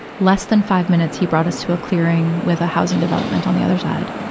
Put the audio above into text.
less than five minutes, he brought us to a clearing with a housing development on the other side.